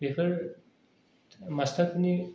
बेफोर मास्टारनि